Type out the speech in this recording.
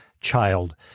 child